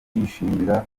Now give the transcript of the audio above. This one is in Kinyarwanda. bishimira